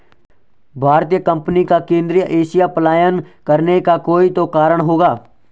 भारतीय कंपनी का केंद्रीय एशिया पलायन करने का कोई तो कारण होगा